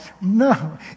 no